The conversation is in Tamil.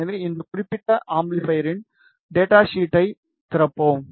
எனவே இந்த குறிப்பிட்ட அம்பிளிபையரின் டேட்டா ஷீட்டைத் திறப்போம்